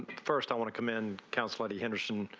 first i want to commend counselor the henderson.